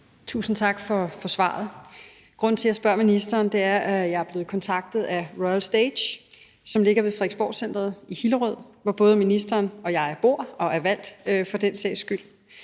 Tusind tak for svaret. Grunden til, at jeg spørger ministeren, er, at jeg er blevet kontaktet af Royal Stage, som ligger ved FrederiksborgCentret i Hillerød, hvor både ministeren og jeg bor og er valgt for den sags skyld.